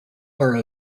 are